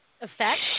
effect